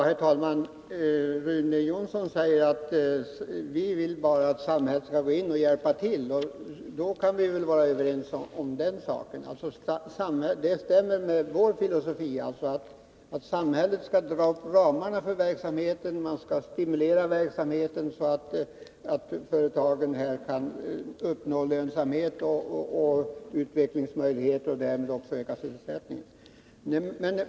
Herr talman! Rune Jonsson säger att vi bara vill att samhället skall gå in och hjälpa till. Då kan väl vi vara överens om den saken. Det stämmer med vår filosofi — att samhället skall ange ramarna för verksamheten, stimulera verksamheten så att företagen kan uppnå lönsamhet och utvecklingsmöjligheter och därmed även öka sysselsättningen.